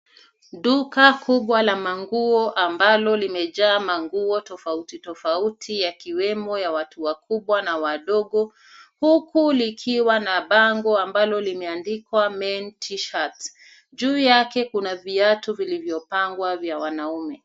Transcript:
Duka kubwa la manguo ambalo limejaa manguo tofauti tofauti yakiwemo ya watu wakubwa na wadogo huku likiwa na bango ambalo limeandikwa Men t-shirts . Juu yake kuna viatu vilivyopangwa vya wanaume.